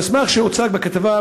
במסמך שהוצג בכתבה,